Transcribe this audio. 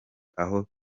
aho